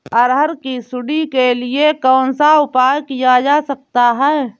अरहर की सुंडी के लिए कौन सा उपाय किया जा सकता है?